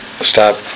stop